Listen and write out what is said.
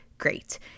great